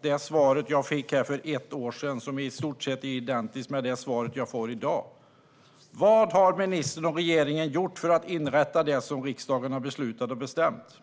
Det svar jag fick för ett år sedan var i stort sett identiskt med det svar som jag fick i dag. Vad har ministern och regeringen gjort för att inrätta det som riksdagen har beslutat och bestämt?